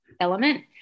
element